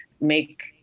make